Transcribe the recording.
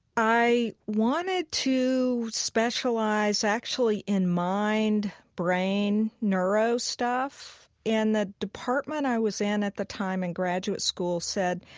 i wanted to specialize actually in mind brain neuro stuff, and the department i was in at the time in graduate school said,